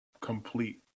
complete